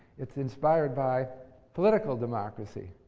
it's inspired by political democracy.